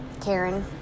Karen